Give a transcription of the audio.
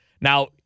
Now